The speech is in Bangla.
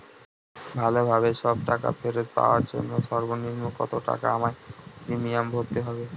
ভালোভাবে সব টাকা ফেরত পাওয়ার জন্য সর্বনিম্ন কতটাকা আমায় প্রিমিয়াম ভরতে হবে?